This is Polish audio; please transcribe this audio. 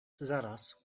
zaraz